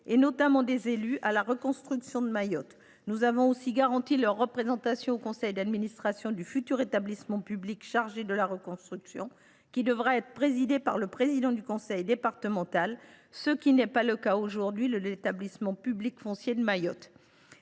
notamment des élus, à la reconstruction de Mayotte. Nous avons ainsi garanti leur représentation au conseil d’administration du futur établissement public chargé de la reconstruction, qui devra être présidé par le président du conseil départemental, ce qui n’est pas le cas aujourd’hui de l’établissement public foncier et